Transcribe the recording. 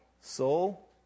Soul